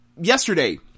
yesterday